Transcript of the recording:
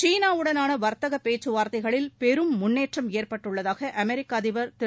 சீனாவுடனான வர்த்தகப் பேச்சுவார்த்தைகளில் பெரும் முன்னேற்றம் ஏற்பட்டுள்ளதாக அமெரிக்க அதிபர் திரு